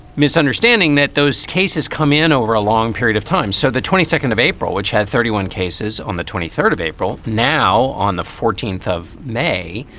misunderstanding that those cases come in over a long period of time. so the twenty second of april, which had thirty one cases on the twenty third of april. now, on the fourteenth of may,